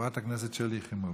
חברת הכנסת שלי יחימוביץ'.